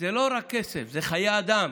זה לא רק כסף, זה חיי אדם,